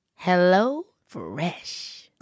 HelloFresh